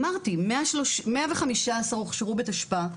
אמרתי, 115 הוכשרו בתשפ"א.